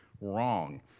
wrong